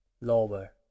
lower